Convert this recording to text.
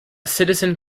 citizen